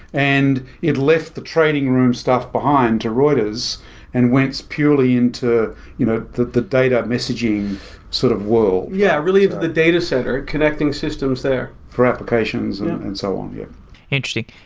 and it left the trading room stuff behind to reuters and went purely into you know the the data messaging sort of world yeah. yeah. really the data center connecting systems there for applications and so on. yeah interesting.